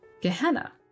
Gehenna